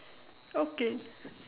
okay